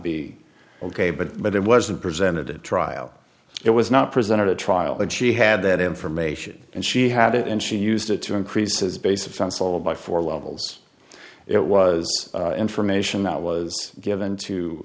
be ok but but it wasn't presented at trial it was not presented at trial that she had that information and she had it and she used it to increase its base of fans all by four levels it was information that was given to